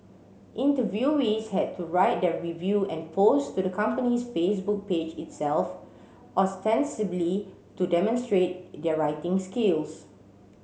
interviewees had to write their review and post to the company's Facebook page itself ostensibly to demonstrate their writing skills